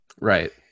right